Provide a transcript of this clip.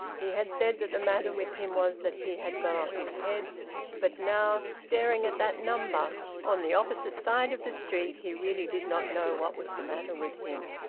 he had said that the matter with him was that he had gone off his head but now, staring at that number on the opposite side of the street, he really did not know what was the matter with him.